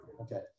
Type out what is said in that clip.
Okay